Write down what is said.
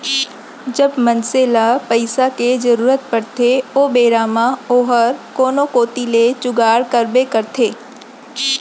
जब मनसे ल पइसा के जरूरत परथे ओ बेरा म ओहर कोनो कोती ले जुगाड़ करबे करथे